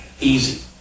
easy